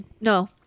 no